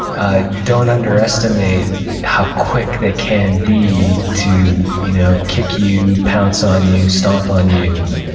ah don't underestimate how quick they can be to you know kick you, pounce on you, stomp on you,